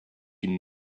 une